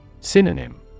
Synonym